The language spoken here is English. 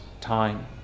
time